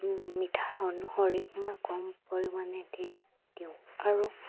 মিঠা অনুসৰি মই কম পৰিমাণে দি দিওঁ আৰু